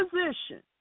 position